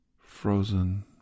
frozen